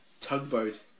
Tugboat